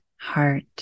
heart